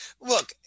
Look